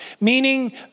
Meaning